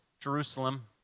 Jerusalem